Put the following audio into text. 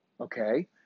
okay